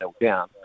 down